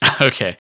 Okay